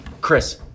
Chris